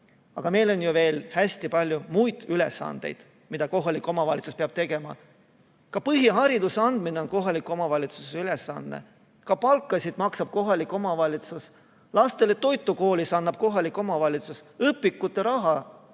Aga on ju veel hästi palju muid ülesandeid, mida kohalik omavalitsus peab tegema. Ka põhihariduse andmine on kohaliku omavalitsuse ülesanne, ka palkasid maksab kohalik omavalitsus, lastele toitu koolis annab kohalik omavalitsus, õpikute raha